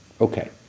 Okay